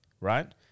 right